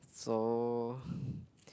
so